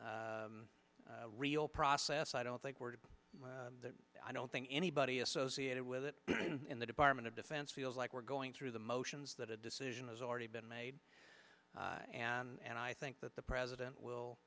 very real process i don't think words that i don't think anybody associated with it in the department of defense feels like we're going through the motions that a decision has already been made and i think that the president will